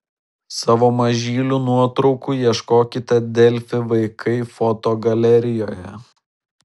savo mažylių nuotraukų ieškokite delfi vaikai fotogalerijoje